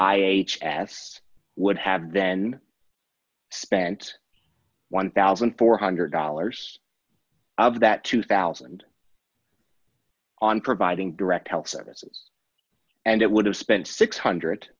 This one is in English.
ate as would have then spent one thousand four hundred dollars of that two thousand on providing direct health services and it would have spent six hundred